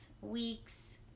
week's